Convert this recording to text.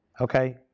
okay